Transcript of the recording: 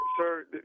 sir